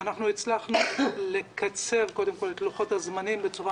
הצלחנו לקצר את לוחות הזמנים בצורה